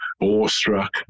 awestruck